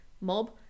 mob